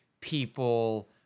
people